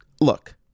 look